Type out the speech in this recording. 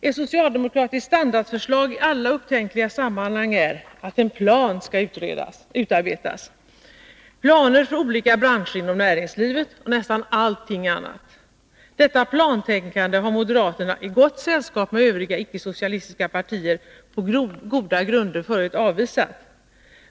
Ett socialdemokratiskt standardförslag i alla upptänkliga sammanhang är att en plan skall utarbetas — planer för olika branscher inom näringslivet och för nästan allting annat. Detta plantänkande har moderaterna i gott sällskap med övriga icke-socialistiska partier på goda grunder avvisat.